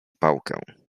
pałkę